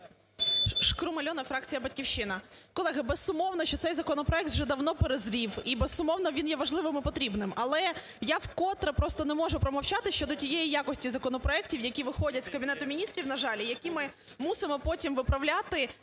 Шкрум Альона, фракція "Батьківщина". Колеги, безумовно, що цей законопроект вже давно перезрів і, безумовно, він є важливим і потрібним. Але я вкотре просто не можу промовчати щодо тієї якості законопроектів, які виходять з Кабінету Міністрів, на жаль, і які ми мусимо потім виправляти